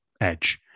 edge